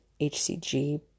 HCG